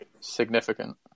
significant